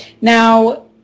Now